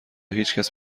هیچکس